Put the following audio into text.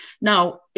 now